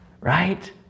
right